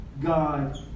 God